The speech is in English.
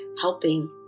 helping